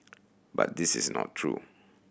but this is not true